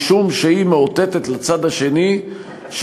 משום שהיא מאותתת לצד השני ש,